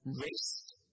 wrist